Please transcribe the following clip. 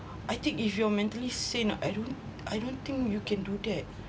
I think if you're mentally sane I don't I don't think you can do that